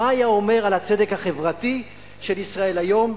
מה היה אומר על הצדק החברתי של ישראל היום,